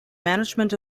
management